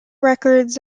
records